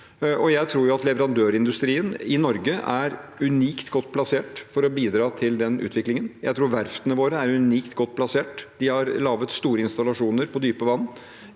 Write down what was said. Jeg tror at leverandørindustrien i Norge er unikt godt plassert for å bidra til den utviklingen. Jeg tror verftene våre er unikt godt plassert, de har laget store installasjoner på dype vann.